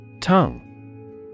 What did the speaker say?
Tongue